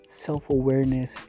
self-awareness